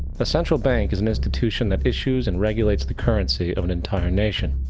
a central bank is an institution that issues and regulates the currency of an entire nation.